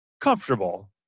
Comfortable